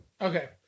Okay